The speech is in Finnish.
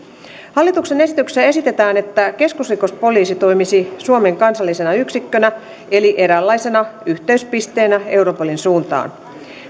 hallituksen esityksessä esitetään että keskusrikospoliisi toimisi suomen kansallisena yksikkönä eli eräänlaisena yhteyspisteenä europolin suuntaan